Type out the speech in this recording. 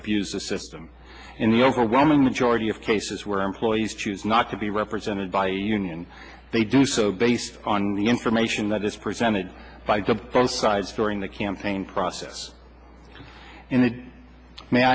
abuse the system in the overwhelming majority of cases where employees choose not to be represented by a union they do so based on the information that this presented by the both sides during the campaign process and it may